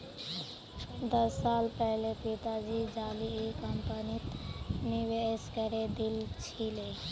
दस साल पहले पिताजी जाली कंपनीत निवेश करे दिल छिले